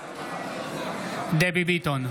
בעד דבי ביטון,